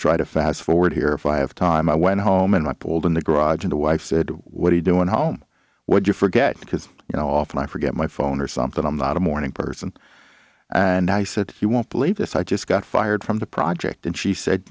try to fast forward here if i have time i went home and i pulled in the garage and the wife said what are you doing home what you forget because you know often i forget my phone or something i'm not a morning person and i said you won't believe this i just got fired from the project and she said